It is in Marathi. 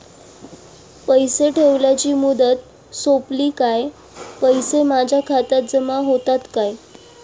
पैसे ठेवल्याची मुदत सोपली काय पैसे माझ्या खात्यात जमा होतात काय?